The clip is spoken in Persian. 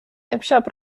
امشب